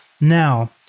Now